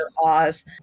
Oz